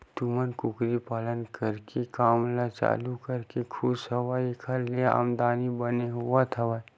तुमन कुकरी पालन करे के काम ल चालू करके खुस हव ऐखर ले आमदानी बने होवत हवय?